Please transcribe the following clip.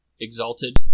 Exalted